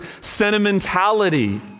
sentimentality